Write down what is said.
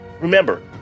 Remember